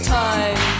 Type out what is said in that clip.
time